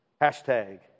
Hashtag